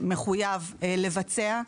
מחויב לבצע,